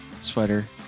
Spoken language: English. sweater